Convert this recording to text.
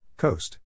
Coast